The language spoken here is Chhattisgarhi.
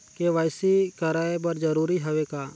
के.वाई.सी कराय बर जरूरी हवे का?